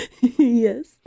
Yes